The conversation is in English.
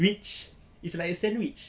which is like a sandwich